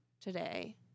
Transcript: today